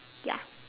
ya